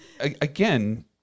Again